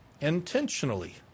intentionally